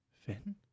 Finn